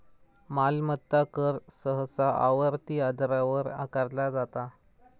मालमत्ता कर सहसा आवर्ती आधारावर आकारला जाता